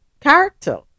character